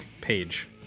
page